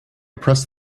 pressed